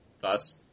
Thoughts